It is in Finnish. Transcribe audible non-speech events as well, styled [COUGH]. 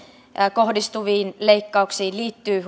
kohdistuviin leikkauksiin liittyy [UNINTELLIGIBLE]